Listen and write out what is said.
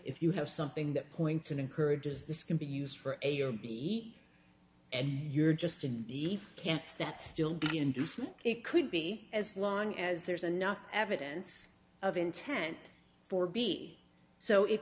if you have something that points and encourages this can be used for a or b and you're just in the camps that still be indecent it could be as long as there's enough evidence of intent for b so it